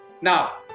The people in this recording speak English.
Now